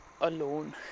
alone